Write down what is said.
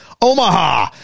Omaha